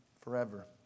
forever